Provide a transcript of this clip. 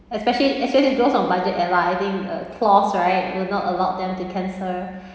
especially especially those on budget airline I think uh clause right will not allow them to cancel